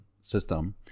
system